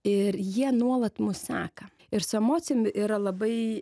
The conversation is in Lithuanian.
ir jie nuolat mus seka ir su emocijom yra labai